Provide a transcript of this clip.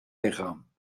lichaam